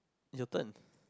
is your turn